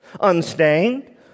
unstained